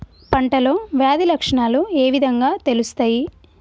పంటలో వ్యాధి లక్షణాలు ఏ విధంగా తెలుస్తయి?